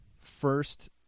first